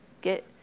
Get